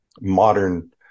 modern